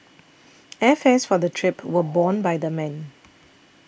airfares for the trip were borne by the men